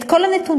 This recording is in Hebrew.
את כל הנתונים